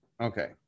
Okay